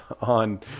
on